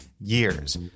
years